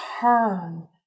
turn